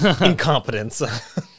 Incompetence